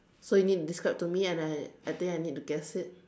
so you need to describe to me and I I think I need to guess it